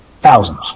Thousands